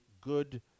good